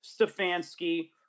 Stefanski